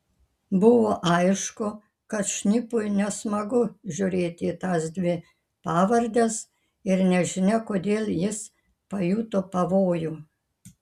buvo aišku kad šnipui nesmagu žiūrėti į tas dvi pavardes ir nežinia kodėl jis pajuto pavojų